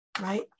right